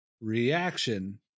reaction